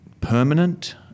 permanent